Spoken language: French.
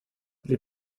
les